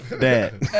Dad